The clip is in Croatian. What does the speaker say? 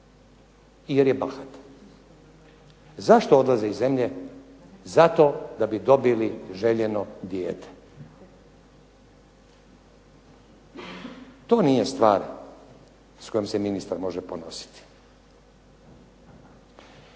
jer je bahat. Zašto odlaze iz zemlje? Zato da bi dobili željeno dijete. To nije stvar sa kojom se može ministar ponositi.